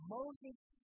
Moses